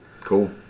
Cool